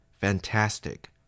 Fantastic